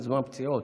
זמן פציעות.